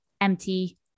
empty